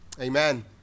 Amen